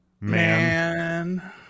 man